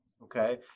Okay